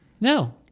No